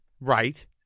Right